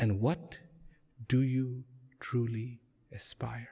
and what do you truly aspire